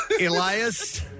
Elias